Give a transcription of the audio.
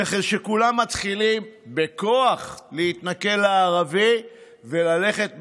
וכשכולם מתחילים להתנכל לערבי בכוח וללכת מכות,